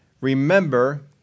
Remember